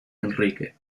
enrique